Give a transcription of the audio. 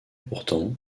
pourtant